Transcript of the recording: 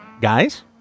guys